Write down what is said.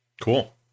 Cool